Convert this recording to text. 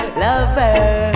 lover